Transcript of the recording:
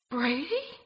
Brady